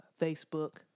Facebook